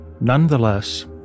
Nonetheless